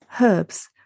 herbs